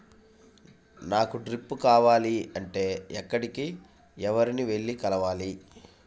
నాకు డ్రిప్లు కావాలి అంటే ఎక్కడికి, ఎవరిని వెళ్లి కలవాలి?